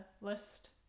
list